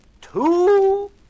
two